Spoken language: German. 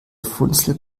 funzel